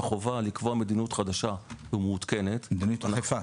החובה לקבוע מדיניות חדשה ומעודכנת מדיניות אכיפה.